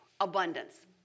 abundance